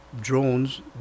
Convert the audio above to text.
drones